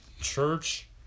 church